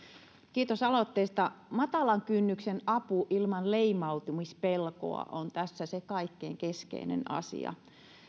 kiitos aloitteesta matalan kynnyksen apu ilman leimautumispelkoa on tässä se kaikkein keskeisin asia